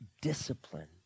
discipline